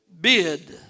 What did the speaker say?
bid